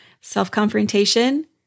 Self-confrontation